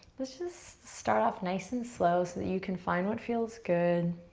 let's just start off nice and slow so that you can find what feels good.